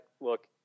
Look